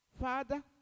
Father